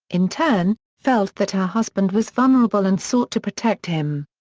in turn, felt that her husband was vulnerable and sought to protect him.